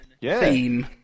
theme